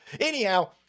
Anyhow